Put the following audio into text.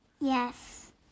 Yes